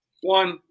One